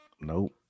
Nope